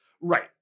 right